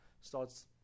starts